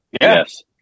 Yes